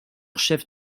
chef